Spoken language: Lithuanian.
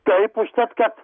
taip užtat kad